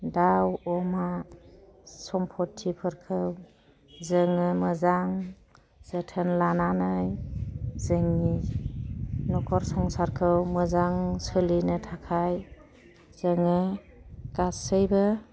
दाउ अमा सम्फथिफोरखौ जोङो मोजां जोथोन लानानै जोंनि नखर संसारखौ मोजां सोलिनो थाखाय जोङो गासैबो